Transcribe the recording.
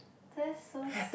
that's so